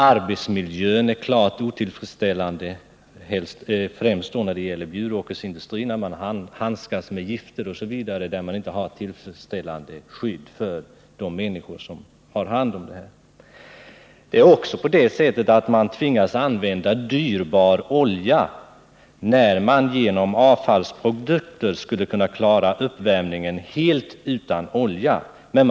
Arbetsmiljön är klart otillfredsställande, främst vid Bjuråkers industrier, där det t.ex. inte finns tillräckligt skydd för de människor som handskas med gifter. Vidare tvingas man elda upp dyrbar olja trots att man helt skulle kunna klara uppvärmningen genom att använda avfallsprodukter.